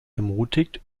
ermutigt